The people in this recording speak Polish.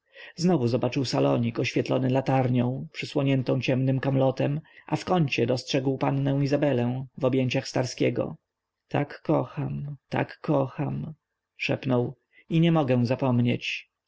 znowu zobaczył salonik oświetlony latarnią przysłoniętą niebieskim kamlotem a w kącie dostrzegł pannę izabelę w objęciach starskiego tak kocham tak kocham szepnął i nie mogę zapomnieć